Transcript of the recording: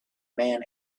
man